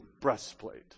breastplate